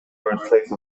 birthplace